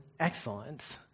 excellence